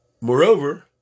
Moreover